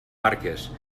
barques